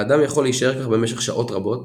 האדם יכול להישאר כך במשך שעות רבות,